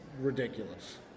ridiculous